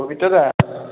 পবিত্ৰ দা